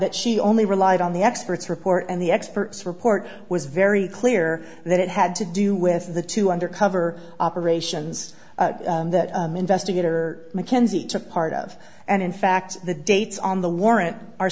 that she only relied on the expert's report and the expert's report was very clear that it had to do with the two undercover operations that investigator mackenzie took part of and in fact the dates on the warrant are